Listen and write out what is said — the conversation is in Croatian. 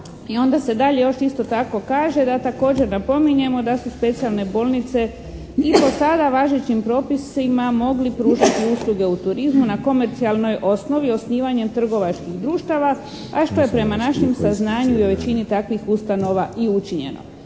I onda se dalje još isto tako kaže da također napominjemo da su specijalne bolnice i po sada važećim propisima mogli pružati usluge u turizmu na komercijalnoj osnovi, osnivanjem trgovačkih društava a što je prema našem saznanju i u većini takvih ustanova i učinjeno.